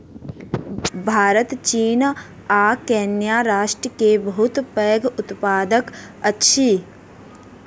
भारत चीन आ केन्या राष्ट्र चाय के बहुत पैघ उत्पादक अछि